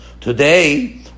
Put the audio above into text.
Today